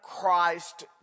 Christ